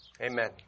Amen